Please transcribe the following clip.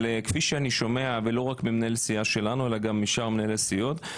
אבל כפי שאני שומע ולא רק ממנהל הסיעה שלנו אלא גם משאר מנהלי הסיעות,